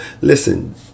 listen